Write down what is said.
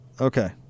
Okay